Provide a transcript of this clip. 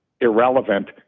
irrelevant